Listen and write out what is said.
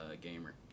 gamer